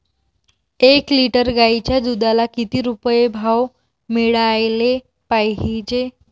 एक लिटर गाईच्या दुधाला किती रुपये भाव मिळायले पाहिजे?